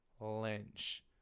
Lynch